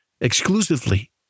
exclusively